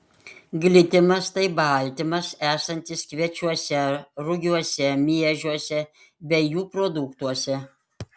glitimas tai baltymas esantis kviečiuose rugiuose miežiuose bei jų produktuose